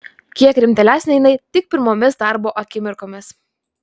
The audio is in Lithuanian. kiek rimtėlesnė jinai tik pirmomis darbo akimirkomis